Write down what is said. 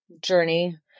Journey